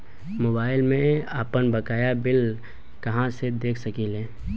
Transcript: Mobile में आपनबकाया bill कहाँसे देख सकिले?